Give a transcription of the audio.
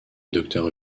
docteur